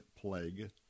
plague